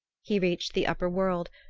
he reached the upper world,